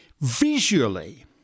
Visually